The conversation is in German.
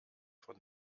von